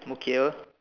okay